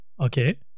Okay